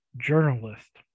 journalist